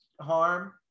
harm